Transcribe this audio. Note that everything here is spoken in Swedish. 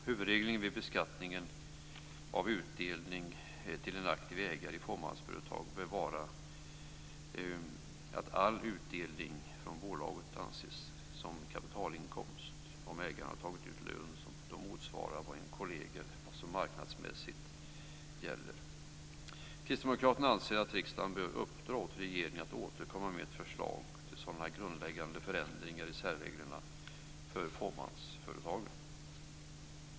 Huvudregeln vid beskattning av utdelning till en aktiv ägare i fåmansbolag bör vara att all utdelning från bolaget anses som kapitalinkomst om ägaren tagit ut en lön som motsvarar vad som marknadsmässigt gäller för kolleger. Kristdemokraterna anser att riksdagen bör uppdra åt regeringen att återkomma med ett förslag till sådana grundläggande förändringar i särreglerna för fåmansföretagen.